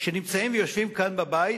שנמצאים ויושבים כאן בבית,